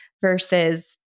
versus